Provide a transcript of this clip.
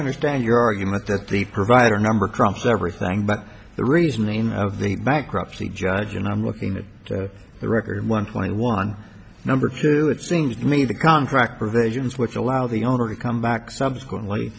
understand your argument that the provider number crunchers everything but the reasoning of the bankruptcy judge and i'm looking at the record one point one number two it seems to me the contract provisions which allow the owner to come back subsequently